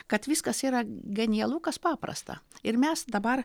kad viskas yra genialu kas paprasta ir mes dabar